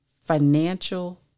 financial